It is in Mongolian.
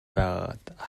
байгаад